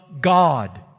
God